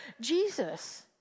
Jesus